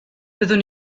byddwn